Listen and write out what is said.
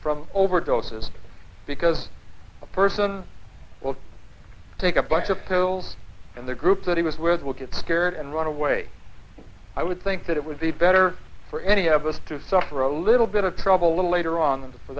from overdoses because a person will take a bunch of pills and the group that he was with will get scared and run away i would think that it would be better for any of us to suffer a little bit of trouble a little later on the for